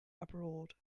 abroad